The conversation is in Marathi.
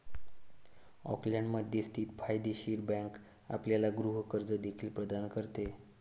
ऑकलंडमध्ये स्थित फायदेशीर बँक आपल्याला गृह कर्ज देखील प्रदान करेल